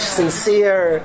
sincere